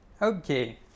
Okay